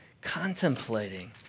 contemplating